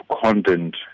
content